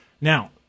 Now